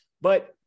But-